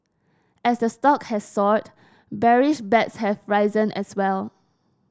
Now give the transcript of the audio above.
as the stock has soared bearish bets have risen as well